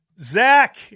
Zach